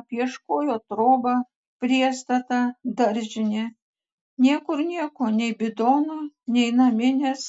apieškojo trobą priestatą daržinę niekur nieko nei bidono nei naminės